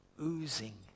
oozing